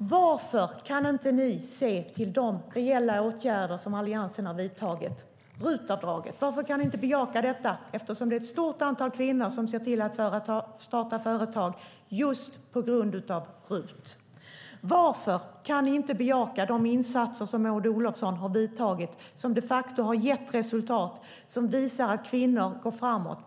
Varför kan ni inte se de reella åtgärder som Alliansen har vidtagit, Marianne Berg? Varför kan ni inte bejaka RUT-avdraget? Det är ett stort antal kvinnor som startar företag just på grund av RUT. Varför kan ni inte bejaka de insatser som Maud Olofsson har vidtagit? De har de facto gett resultat och visar att kvinnor går framåt.